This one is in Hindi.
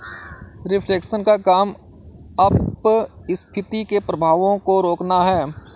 रिफ्लेशन का काम अपस्फीति के प्रभावों को रोकना है